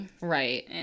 right